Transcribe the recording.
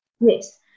yes